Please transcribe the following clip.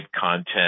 content